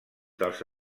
dels